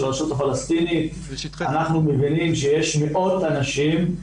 הרשות הפלסטינית ואנחנו מבינים שיש מאות אנשים.